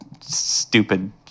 stupid